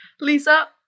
Lisa